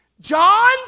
John